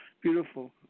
beautiful